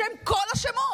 בשם כל השמות.